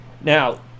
Now